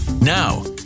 Now